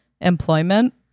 employment